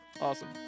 Awesome